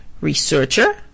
Researcher